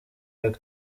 york